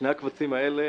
שני הקבצים האלה,